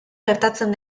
gertatzen